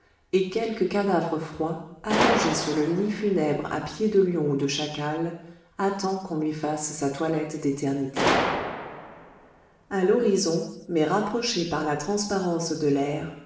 et quelque cadavre froid allongé sur le lit funèbre à pieds de lion ou de chacal attend qu'on lui fasse sa toilette d'éternité à l'horizon mais rapprochées par la transparence de l'air